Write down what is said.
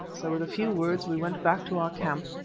so with a few words we went back to our camp,